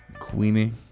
Queenie